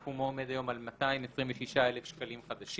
כפל הקנס כאמור:" סכומו עומד היום על 226,000 שקלים חדשים.